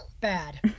bad